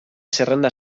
zerrenda